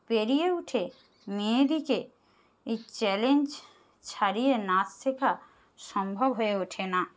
পেরিয়ে উঠে মেয়েদিকে এই চ্যালেঞ্জ ছাড়িয়ে নাচ শেখা সম্ভব হয়ে ওঠে না